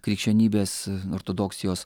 krikščionybės ortodoksijos